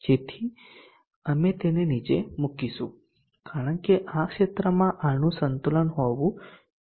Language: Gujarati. તેથી અમે તેને નીચે મૂકીશું કારણ કે આ ક્ષેત્રમાં આનું સંતુલન હોવું જોઈએ